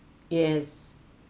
yes